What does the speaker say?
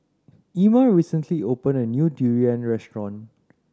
Emmer recently opened a new durian restaurant